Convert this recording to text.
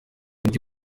mujyi